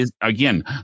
again